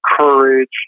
courage